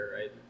right